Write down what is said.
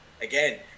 again